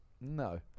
No